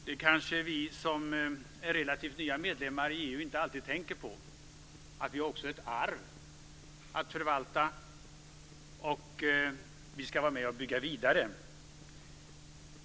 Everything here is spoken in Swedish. Det kanske vi som relativt nya medlemmar i EU inte alltid tänker på: Vi har också ett arv att förvalta, och vi ska vara med och bygga vidare.